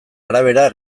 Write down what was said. arabera